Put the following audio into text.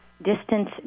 Distance